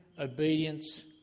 obedience